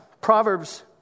Proverbs